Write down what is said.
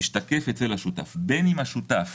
משתקף אצל השותף, בין השותף